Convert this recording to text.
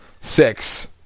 Six